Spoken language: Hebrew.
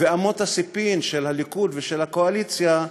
ואמות הספים של הליכוד ושל הקואליציה,